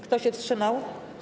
Kto się wstrzymał?